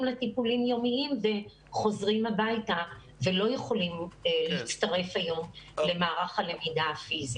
לטיפולים יומיים וחוזרים הביתה ולא יכולים להצטרף היום למערך הלמידה הפיזי.